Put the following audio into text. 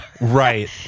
Right